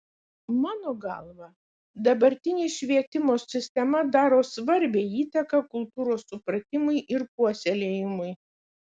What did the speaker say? mano galva dabartinė švietimo sistema daro svarbią įtaką kultūros supratimui ir puoselėjimui